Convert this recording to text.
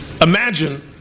Imagine